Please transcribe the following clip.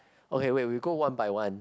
okay wait we go one by one